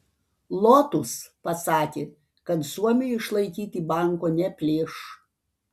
lotus pasakė kad suomiui išlaikyti banko neplėš